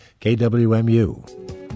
KWMU